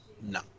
No